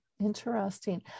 interesting